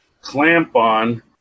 clamp-on